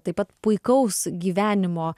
taip pat puikaus gyvenimo